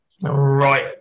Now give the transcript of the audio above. Right